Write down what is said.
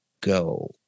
go